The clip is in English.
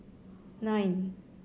nine